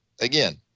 again